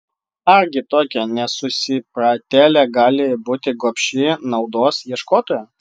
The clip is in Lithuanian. argi tokia nesusipratėlė gali būti gobši naudos ieškotoja